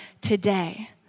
today